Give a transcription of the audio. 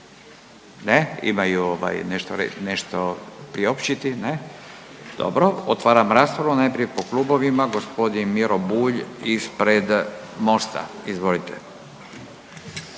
reći, nešto priopćiti? Ne. Dobro. Otvaram raspravu. Najprije po klubovima, g. Miro Bulj ispred Mosta. Izvolite.